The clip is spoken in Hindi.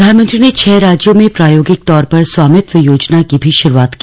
प्रधानमंत्री ने छह राज्यों में प्रायोगिक तौर पर स्वामित्व योजना की भी शुरूआत की